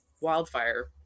wildfire